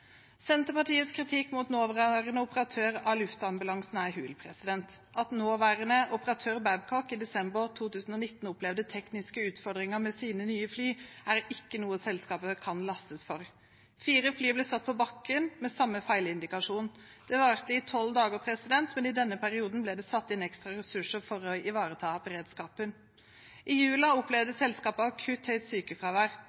Senterpartiets kritikk mot nåværende operatør av luftambulansen er hul. At nåværende operatør, Babcock, i desember 2019 opplevde tekniske utfordringer med sine nye fly, er ikke noe selskapet kan lastes for. Fire fly ble satt på bakken med samme feilindikasjon. Det varte i 12 dager, men i denne perioden ble det satt inn ekstra ressurser for å ivareta beredskapen. I julen opplevde